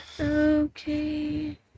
Okay